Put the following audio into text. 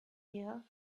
year